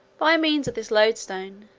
by means of this loadstone,